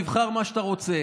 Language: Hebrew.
תבחר מה שאתה רוצה.